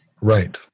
Right